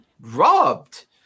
robbed